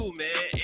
man